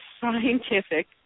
scientific